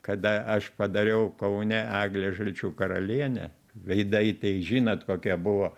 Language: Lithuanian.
kada aš padariau kaune eglė žalčių karalienė veidai tai žinot kokie buvo